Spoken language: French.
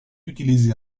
utilisé